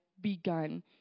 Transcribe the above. begun